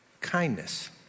Kindness